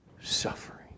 suffering